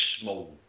small